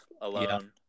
alone